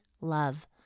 love